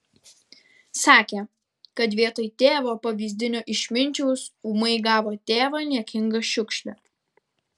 sakė kad vietoj tėvo pavyzdinio išminčiaus ūmai gavo tėvą niekingą šiukšlę